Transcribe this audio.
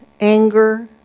anger